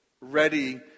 ready